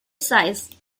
size